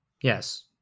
Yes